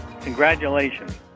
Congratulations